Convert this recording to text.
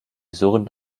surrend